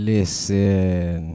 Listen